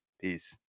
Peace